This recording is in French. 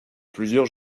plusieurs